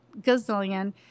gazillion